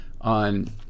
on